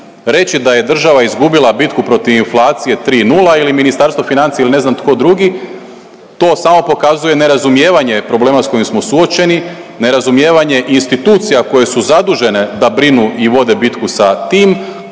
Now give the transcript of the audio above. Reći da je država izgubila bitku protiv inflacije 3:0 ili Ministarstvo financija ili ne znam tko drugi to samo pokazuje nerazumijevanje problema s kojim smo suočeni, nerazumijevanje institucija koje su zadužene da brinu i vode bitku sa tim,